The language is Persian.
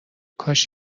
کاش